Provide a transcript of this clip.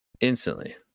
Instantly